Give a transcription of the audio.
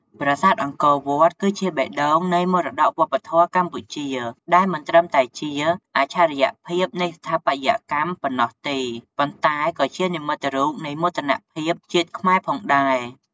ប្រាសាទអង្គរវត្ត គឺជាបេះដូងនៃមរតកវប្បធម៌កម្ពុជា ដែលមិនត្រឹមតែជាអច្ឆរិយភាពនៃស្ថាបត្យកម្មប៉ុណ្ណោះទេ ប៉ុន្តែក៏ជានិមិត្តរូបនៃមោទនភាពជាតិខ្មែរផងដែរ។